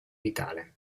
vitale